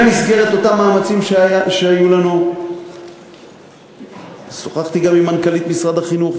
במסגרת אותם מאמצים שהיו לנו שוחחתי גם עם מנכ"לית משרד החינוך,